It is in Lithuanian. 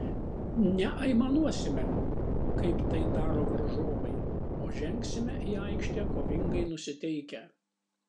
neaimanuosime kaip tai daro varžovai o žengsime į aikštę kovingai nusiteikę